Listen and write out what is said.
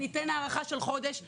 ניתן הארכה של חודש ותביאו,